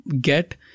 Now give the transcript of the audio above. get